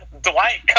Dwight